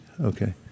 Okay